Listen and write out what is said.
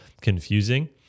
confusing